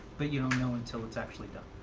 but you don't know until it's actually done.